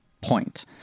point